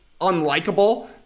unlikable